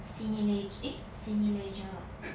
cinele~ eh cineleisure ah